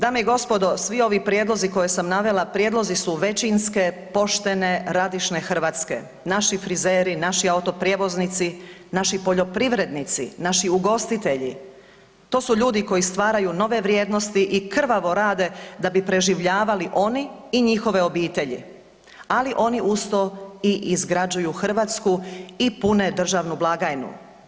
Dame i gospodo, svi ovi prijedlozi koje sam navela prijedlozi su većinske, poštene, radišne Hrvatske, naši frizeri, naši autoprijevoznici, naši poljoprivrednici, naši ugostitelji, to su ljudi koji stvaraju nove vrijednosti i krvavo rade da bi preživljavali oni i njihove obitelji, ali oni uz to i izgrađuju Hrvatsku i pune državnu blagajnu.